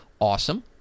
awesome